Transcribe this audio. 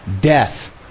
Death